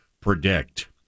predict